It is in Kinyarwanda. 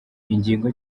ingingo